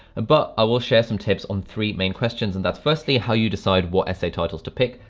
but i will share some tips on three main questions and that's firstly how you decide what essay titles to pick.